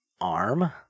arm